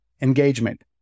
engagement